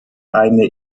eine